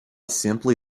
simply